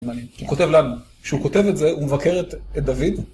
הוא כותב לנו, כשהוא כותב את זה, הוא מבקר את דוד?